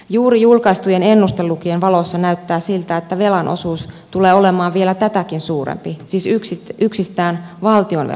juuri julkaistujen ennustelukujen valossa näyttää siltä että velan osuus tulee olemaan vielä tätäkin suurempi siis yksistään valtionvelan osalta